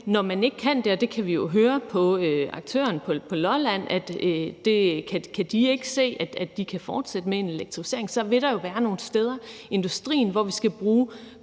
når man ikke kan det – og vi kan jo høre på aktøren på Lolland, at de ikke kan se, at de kan fortsætte med en elektrificering – så vil der være nogle steder i industrien, hvor vi skal bruge